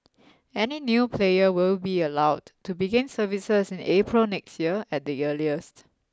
any new player will be allowed to begin services in April next year at the earliest